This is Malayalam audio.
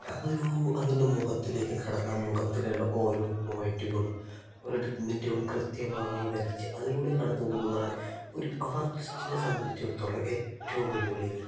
ആ ഒരു അതിൻ്റെ മുഖത്തിലേക്ക് കടന്ന് ആ മുഖത്തിലുള്ള ഓരോ പോയിൻറുകളും ഓരോ ഡിഗ്മെൻറ്റുകളും കൃത്യമായി വരച്ച് അതിലൂടെ കടന്ന് പോകുന്നതാണ് ഒരു ആർട്ടിസ്റ്റിനെ സംബന്ധിച്ചിടത്തോളം ഏറ്റവും വെല്ലുവിളിയായി വരുന്നത്